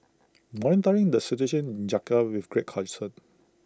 monitoring the situation in Jakarta with great concern